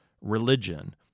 religion